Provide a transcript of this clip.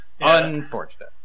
Unfortunate